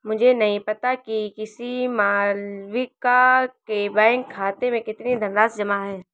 मुझे नही पता कि किसी मालविका के बैंक खाते में कितनी धनराशि जमा है